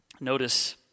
Notice